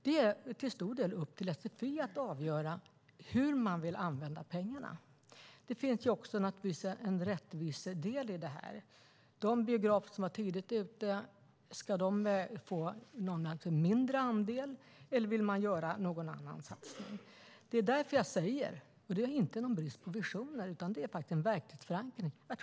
Det är till stor del upp till SFI att avgöra hur man vill använda pengarna. Det finns också en rättviseaspekt på detta. Ska de biografer som var tidigt ute få en mindre andel, eller vill man göra någon annan satsning? Det handlar inte om en brist på visioner utan om en verklighetsförankring.